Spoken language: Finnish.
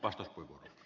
arvoisa puhemies